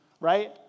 right